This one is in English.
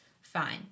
fine